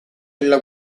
della